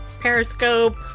Periscope